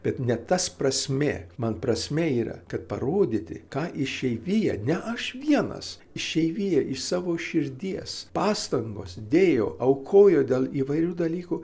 bet ne tas prasmė man prasmė yra kad parodyti ką išeivija ne aš vienas išeivija iš savo širdies pastangos dėjo aukojo dėl įvairių dalykų